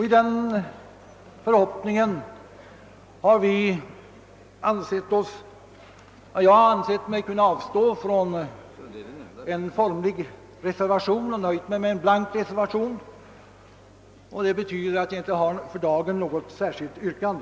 I den förhoppningen har jag ansett mig kunna avstå från en formlig reservation och nöjt mig med en blank reservation, vilket betvder att jag för dagen inte har något särskilt yrkande.